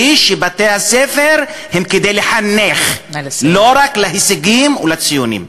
שבתי-הספר הם כדי לחנך ולא רק להישגים ולציונים?